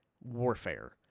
warfare